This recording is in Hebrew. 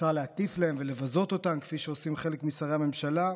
אפשר להטיף להם ולבזות אותם כפי שעושים חלק משרי הממשלה.